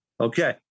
Okay